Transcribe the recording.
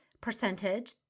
percentage